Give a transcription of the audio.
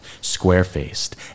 square-faced